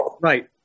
Right